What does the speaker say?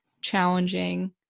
challenging